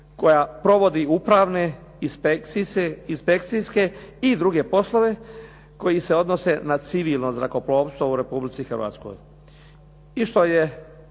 koja provodi upravne, inspekcijske i druge poslove koji se odnose na civilno zrakoplovstvo u Republici Hrvatskoj. I što je